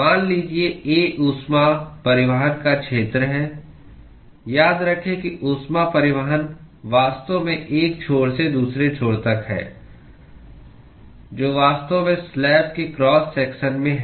मान लीजिए A ऊष्मा परिवहन का क्षेत्र है याद रखें कि ऊष्मा परिवहन वास्तव में एक छोर से दूसरे छोर तक है जो वास्तव में स्लैब के क्रॉस सेक्शन में है